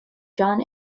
john